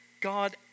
God